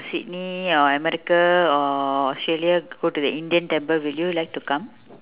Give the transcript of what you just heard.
sydney or america or australia go to the indian temple would you like to come